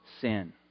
sin